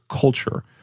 culture